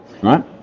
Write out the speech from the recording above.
right